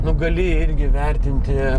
nu gali irgi vertinti